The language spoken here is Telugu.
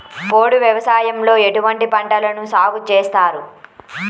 పోడు వ్యవసాయంలో ఎటువంటి పంటలను సాగుచేస్తారు?